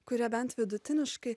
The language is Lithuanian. kurie bent vidutiniškai